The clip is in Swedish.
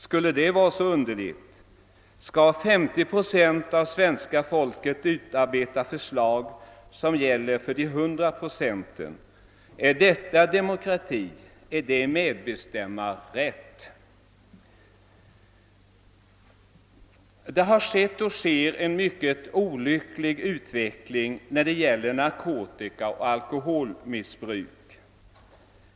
Skulle det vara så underligt? Skall 50 procent av svenska folket utarbeta förslag som gäller för de 100 procenten? är detta demokrati? Är det medbestämmanderätt? Det har pågått och pågår en olycklig utveckling av narkotikaoch alkoholmissbruk.